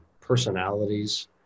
personalities